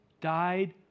died